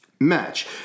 Match